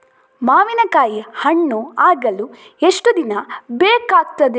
ಮಾವಿನಕಾಯಿ ಹಣ್ಣು ಆಗಲು ಎಷ್ಟು ದಿನ ಬೇಕಗ್ತಾದೆ?